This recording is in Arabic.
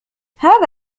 هذا